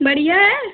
बढ़िया है